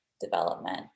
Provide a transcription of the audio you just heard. development